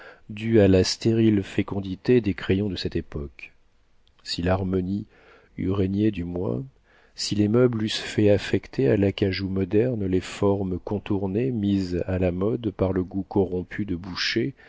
dus à la stérile fécondité des crayons de cette époque si l'harmonie eût régné du moins si les meubles eussent fait affecter à l'acajou moderne les formes contournées mises à la mode par le goût corrompu de boucher